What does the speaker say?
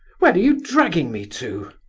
where are you dragging me to?